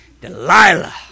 Delilah